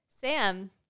Sam